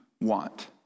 want